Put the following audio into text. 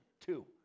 two